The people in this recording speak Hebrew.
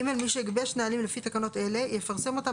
(ג) מי שגיבש נהלים לפי תקנות אלה יפרסם אותם